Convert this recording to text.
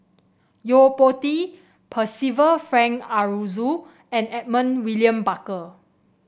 Yo Po Tee Percival Frank Aroozoo and Edmund William Barker